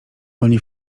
oni